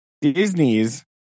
Disney's